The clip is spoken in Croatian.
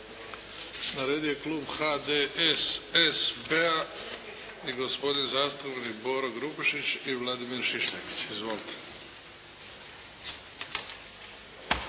Na radu je klub HDSSB-a i gospodin zastupnik Boro Grubišić i Vladimir Šišljagić. Izvolite.